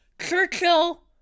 Churchill